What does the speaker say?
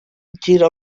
gira